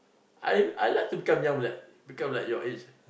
I I like to become young like become your age